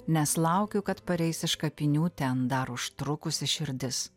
nes laukiau kad pareis iš kapinių ten dar užtrukusi širdis